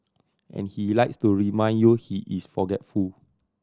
and he likes to remind you he is forgetful